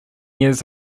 years